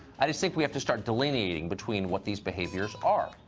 i just think we have to start delineating between what these behaviors are.